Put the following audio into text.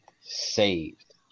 saved